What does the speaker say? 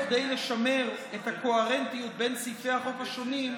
וכדי לשמר את הקוהרנטיות בין סעיפי החוק השונים,